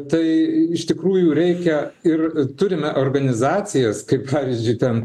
tai iš tikrųjų reikia ir turime organizacijas kaip pavyzdžiui ten